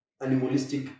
animalistic